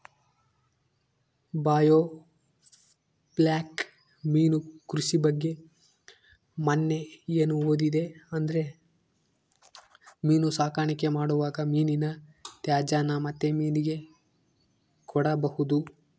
biofloc ಮೀನು ಕೃಷಿ ಬಗ್ಗೆ ಮನ್ನೆ ಏನು ಓದಿದೆ ಅಂದ್ರೆ ಮೀನು ಸಾಕಾಣಿಕೆ ಮಾಡುವಾಗ ಮೀನಿನ ತ್ಯಾಜ್ಯನ ಮತ್ತೆ ಮೀನಿಗೆ ಕೊಡಬಹುದು